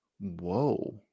whoa